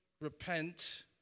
repent